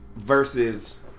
Versus